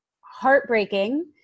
heartbreaking